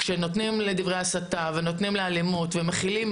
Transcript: כשנותנים לדברי הסתה ולאלימות מקום ומכילים,